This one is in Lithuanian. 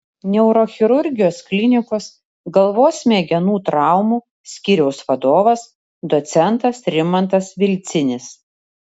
neurochirurgijos klinikos galvos smegenų traumų skyriaus vadovas docentas rimantas vilcinis